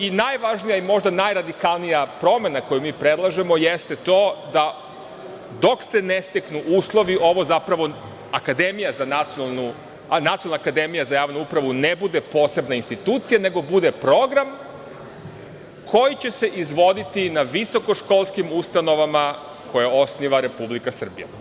I, najvažnija i možda najradikalnija promena koju mi predlažemo jeste to da dok se ne steknu uslovi Nacionalna akademija za javnu upravu ne bude posebna institucija, nego bude program koji će se izvoditi na visokoškolskim ustanovama koje osniva Republika Srbija.